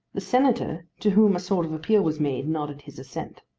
the senator, to whom a sort of appeal was made, nodded his assent.